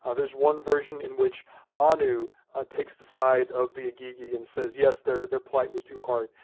ah there's one version in which anu takes the side of the igigi and says, yes, their their plight was too hard.